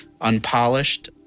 unpolished